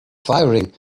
firing